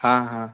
हाँ हाँ